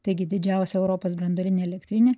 taigi didžiausia europos branduolinė elektrinė